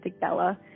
Bella